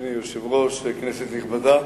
אדוני היושב-ראש, כנסת נכבדה,